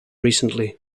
recently